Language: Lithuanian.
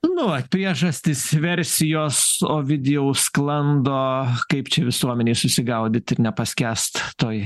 nu vat priežastys versijos ovidijau sklando kaip čia visuomenei susigaudyt ir nepaskęst toj